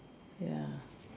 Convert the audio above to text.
ya